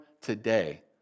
today